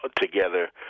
together